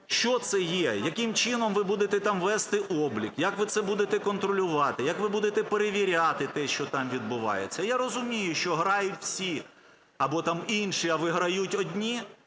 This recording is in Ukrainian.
Що це є? Яким чином ви будете там вести облік? Як ви це будете контролювати? Як ви будете перевіряти те, що там відбувається? Я розумію, що грають всі або там інші, а виграють одні,